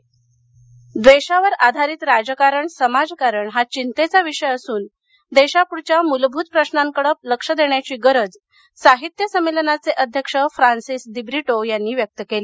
संमेलन उस्मानाबाद द्वेषावर आधारित राजकारण समाजकारण हा घिंतेचा विषय असुन देशापुढच्या मूलभूत प्रशांकडे लक्ष देण्याची गरज साहित्य संमेलनाचे अध्यक्ष फ्रान्सिस दिब्रिटो यांनी व्यक्त केली